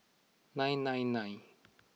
nine nine nine